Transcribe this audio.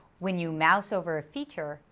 when you mouse over a feature,